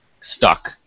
stuck